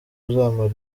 uzamara